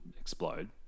explode